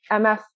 MS